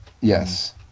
Yes